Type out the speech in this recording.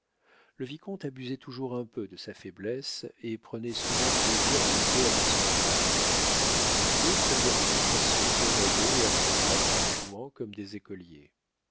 le vicomte abusait toujours un peu de sa faiblesse et prenait souvent plaisir à lutter avec son frère tous deux se mirent donc à se quereller et à se battre en jouant comme des écoliers